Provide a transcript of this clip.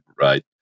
right